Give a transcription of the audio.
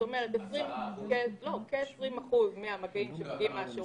בפעילות הקודמת של השירות, עוד לפני שהפסקנו אותה,